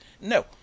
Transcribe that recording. No